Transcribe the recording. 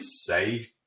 say